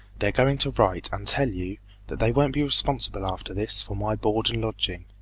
they're going to write and tell you that they won't be responsible after this for my board and lodging.